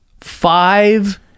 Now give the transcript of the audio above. Five